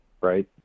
right